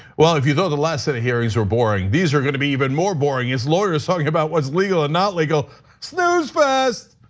well, if you throw the last set of hearings are so boring, these are gonna be even more boring. his lawyers talking about what's legal and not legal snooze fast.